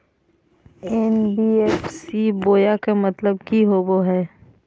NBFC बोया के मतलब कि होवे हय?